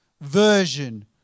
version